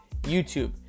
YouTube